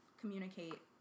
communicate